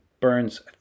burns